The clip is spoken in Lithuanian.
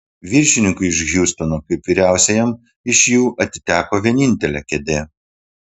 viršininkui iš hjustono kaip vyriausiajam iš jų atiteko vienintelė kėdė